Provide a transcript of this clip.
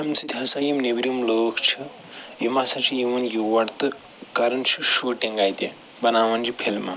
اَمہِ سۭتۍ ہَسا یِم نٮ۪برِم لٕکھ چھِ یِم ہَسا چھِ یِوان یور تہٕ کَرن چھِ شوٗٹِنٛگ اَتہِ بناوان چھِ فِلمہٕ